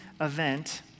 event